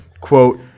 quote